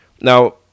Now